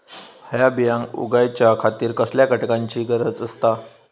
हया बियांक उगौच्या खातिर कसल्या घटकांची गरज आसता?